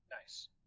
nice